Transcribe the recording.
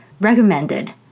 recommended